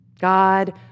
God